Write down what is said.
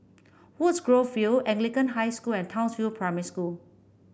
Woodgrove View Anglican High School and Townsville Primary School